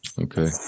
Okay